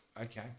Okay